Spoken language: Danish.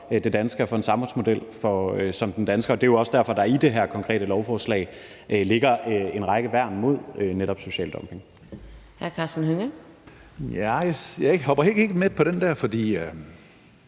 Det er også derfor, der i det her konkrete lovforslag ligger en række værn mod netop social dumping. Kl. 17:37 Fjerde næstformand